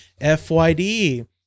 FYD